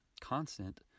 constant